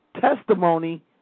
testimony